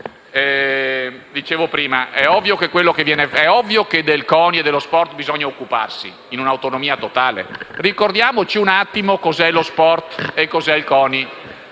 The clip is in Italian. i Gruppi. È ovvio che del CONI e dello sport bisogna occuparsi in un'autonomia totale. Ricordiamo un attimo cos'è lo sport e cos'è il CONI,